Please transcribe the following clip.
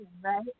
right